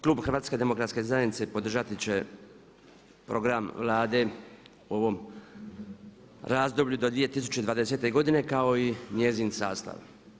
Klub Hrvatske demokratske zajednice podržati će program Vlade o ovom razdoblju do 2020. godine kao i njezin sastav.